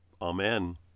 Amen